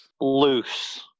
Loose